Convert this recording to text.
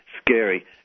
scary